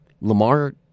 Lamar